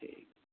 ठीक